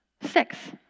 Six